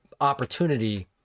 opportunity